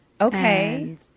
Okay